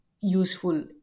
useful